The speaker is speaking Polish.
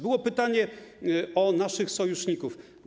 Było pytanie o naszych sojuszników.